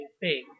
big